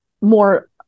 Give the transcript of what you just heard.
more